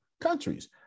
Countries